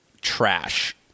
trash